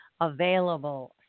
available